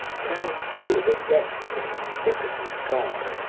now stood against an omnipotent god.